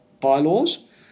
bylaws